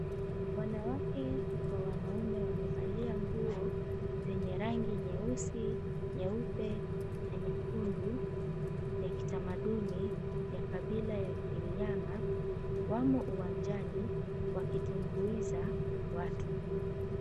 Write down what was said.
Wanawake kwa wanaume wamevalia nguo zenye rangi nyeusi, nyeupe na nyekundu ya kitamaduni ya kabila ya Giriama. Wamo uwanjani wakitumbuiza watu.